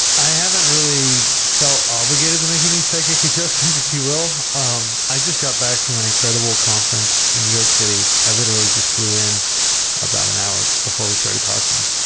i haven't really felt obligated to make any psychic adjustments if you will. um i just got back from an incredible conference in new york city. i literally just flew in about an hour before we started talking,